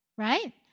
Right